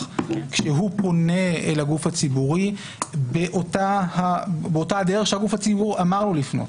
כשהוא פונה אל הגוף הציבורי באותה הדרך שהגוף הציבורי אמר לו לפנות,